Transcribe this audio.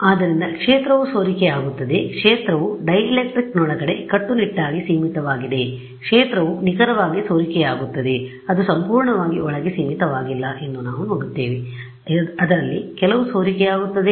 ಆದ್ದರಿಂದ ಕ್ಷೇತ್ರವು ಸೋರಿಕೆಯಾಗುತ್ತದೆ ಕ್ಷೇತ್ರವು ಡೈಎಲೆಕ್ಟ್ರಿಕ್ನೊಳಗೆ ಕಟ್ಟುನಿಟ್ಟಾಗಿ ಸೀಮಿತವಾಗಿದೆ ಕ್ಷೇತ್ರವು ನಿಖರವಾಗಿ ಸೋರಿಕೆಯಾಗುತ್ತದೆ ಅದು ಸಂಪೂರ್ಣವಾಗಿ ಒಳಗೆ ಸೀಮಿತವಾಗಿಲ್ಲ ಎಂದು ನಾವು ನೋಡುತ್ತೇವೆ ಅದರಲ್ಲಿ ಕೆಲವು ಸೋರಿಕೆಯಾಗುತ್ತವೆ